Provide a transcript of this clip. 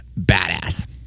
badass